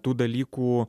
tų dalykų